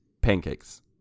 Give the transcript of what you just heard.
Pancakes